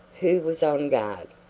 who was on guard?